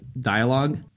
dialogue